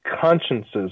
consciences